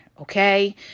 Okay